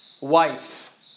wife